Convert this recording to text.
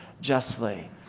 justly